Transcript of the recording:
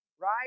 right